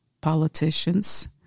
politicians